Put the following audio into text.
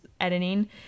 editing